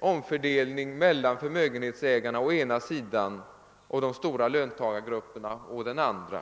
omfördelning mellan förmögenhetsägarna å ena sidan och de stora löntagargrupperna å andra sidan.